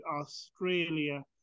Australia